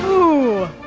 oh,